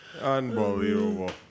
Unbelievable